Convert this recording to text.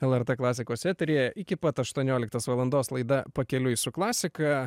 lrt klasikos eteryje iki pat aštuonioliktos valandos laida pakeliui su klasika